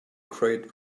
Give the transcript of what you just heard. great